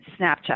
Snapchat